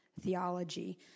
theology